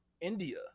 India